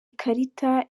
ikarita